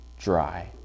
dry